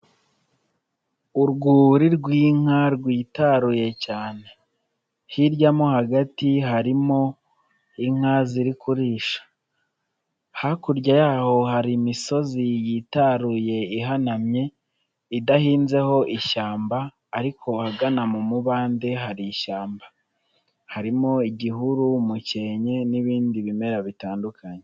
Urwuri rw'inka rwitaruye cyane hirya mo hagati harimo inka ziri kurisha, hakurya yaho hari imisozi yitaruye ihanamye, idahinzeho ishyamba ariko ahagana mu mubande hari ishyamba, harimo igihuru umukenke n'ibindi bimera bitandukanye.